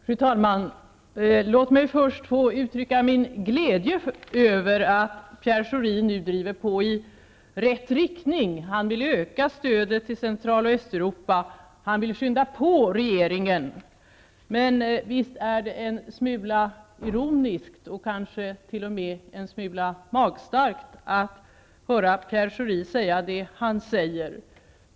Fru talman! Låt mig först uttrycka min glädje över att Pierre Schori nu driver på i rätt riktning. Han vill öka stödet till Central och Östeuropa. Han vill skynda på regeringen. Men visst är det en smula ironiskt och kanske t.o.m. en smula magstrakt att höra Pierre Schori säga det han säger.